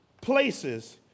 places